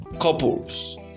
couples